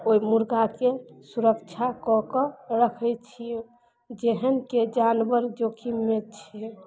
ओइ मुर्गाके सुरक्षा कए कऽ रखय छियै जेहनके जानवर जोखिममे छै